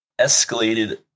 Escalated